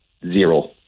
zero